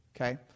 Okay